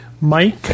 Mike